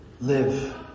live